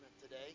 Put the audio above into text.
today